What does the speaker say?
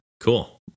Cool